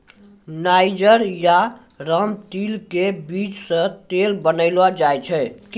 niger या रामतिल के बीज सॅ तेल बनैलो जाय छै